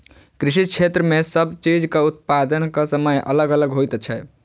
कृषि क्षेत्र मे सब चीजक उत्पादनक समय अलग अलग होइत छै